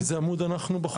איזה עמוד אנחנו בחוברת?